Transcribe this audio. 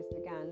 again